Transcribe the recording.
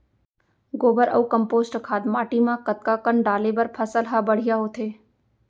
गोबर अऊ कम्पोस्ट खाद माटी म कतका कन डाले बर फसल ह बढ़िया होथे?